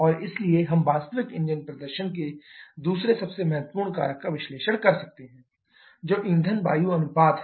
और इसलिए हम वास्तविक इंजन प्रदर्शन के दूसरे सबसे महत्वपूर्ण कारक का विश्लेषण कर सकते हैं जो ईंधन वायु अनुपात है